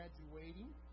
graduating